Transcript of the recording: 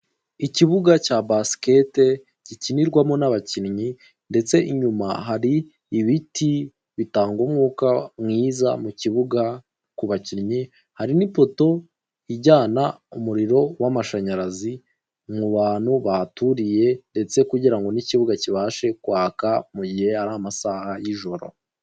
Ikibuga cya basikete gikinirwamo n'abakinnyi ndetse inyuma hari ibiti bitanga umwuka mwiza mu kibuga, ku bakinnyi harimo n'ipoto ijyana umuriro w'amashanyarazi mu bantu bahaturiye, ndetse kugirango n'ikibuga kibashe kwaka mu gihe ari amasaha y'ijoro.